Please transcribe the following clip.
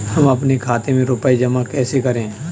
हम अपने खाते में रुपए जमा कैसे करें?